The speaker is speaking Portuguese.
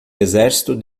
exército